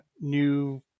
new